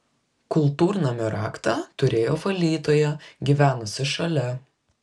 kultūrnamio raktą turėjo valytoja gyvenusi šalia